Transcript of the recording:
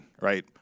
right